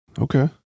Okay